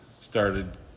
started